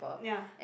ya